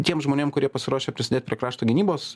tiem žmonėm kurie pasiruošę prisidėt prie krašto gynybos